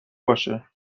باشه